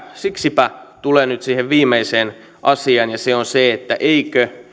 siksipä tulen nyt siihen viimeiseen asiaan ja se on se eikö